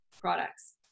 products